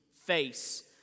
face